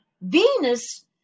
Venus